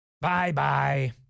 Bye-bye